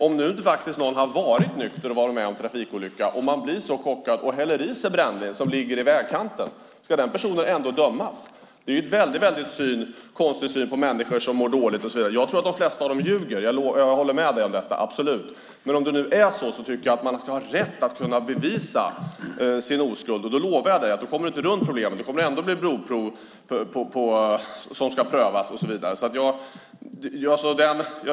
Om en nykter person har varit med om en trafikolycka och blir chockad och häller i sig brännvin som ligger i vägkanten, ska den personen ändå dömas? Det är en konstig syn på människor som mår dåligt. Jag håller med om att de flesta antagligen ljuger men om det är sanning ska man ha rätt att bevisa sin oskuld. Du kommer inte runt problemet, Kerstin Haglö. Det kommer ändå att bli blodprov som ska prövas och så vidare.